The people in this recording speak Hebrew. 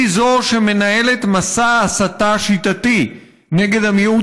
היא שמנהלת מסע הסתה שיטתי נגד המיעוט